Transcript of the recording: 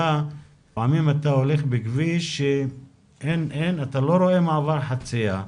לפעמים אתה הולך בכביש ואתה לא רואה מעבר חצייה.